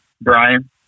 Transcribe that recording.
Brian